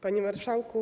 Panie Marszałku!